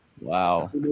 Wow